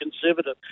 conservative